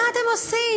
מה אתם עושים?